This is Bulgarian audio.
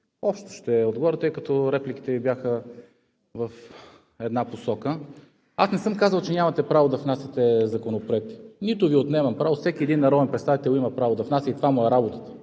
ще Ви отговоря, тъй като репликите Ви бяха в една посока. Аз не съм казал, че нямате право да внасяте законопроекти, нито Ви отнемам правото. Всеки един народен представител има право да внася и това му е работата